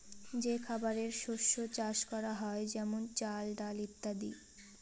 যে খাবারের শস্য চাষ করা হয় যেমন চাল, ডাল ইত্যাদি